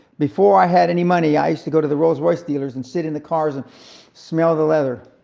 before i had any money, i used to go to the rolls royce dealers and sit in the cars and smell the leather,